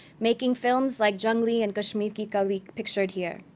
making films like junglee and kashmir ki kali, pictured here.